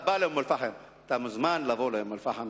מוזמן לבוא לאום-אל-פחם,